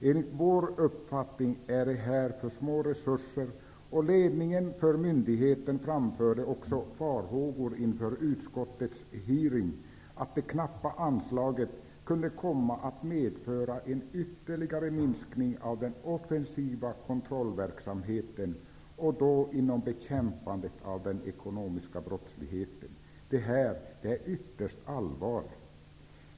Enligt vår uppfattning är det för små resurser, och ledningen för myndigheten framförde också vid utskottets hearing farhågor för att det knappa anslaget kunde komma att medföra ytterligare en minskning av den offensiva kontrollverksamheten, och då inom bekämpandet av den ekonomiska brottsligheten. Det är ytterst allvarligt.